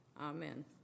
Amen